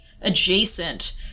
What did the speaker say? adjacent